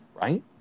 Right